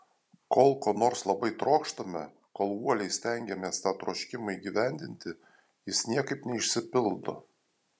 kol ko nors labai trokštame kol uoliai stengiamės tą troškimą įgyvendinti jis niekaip neišsipildo